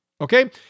okay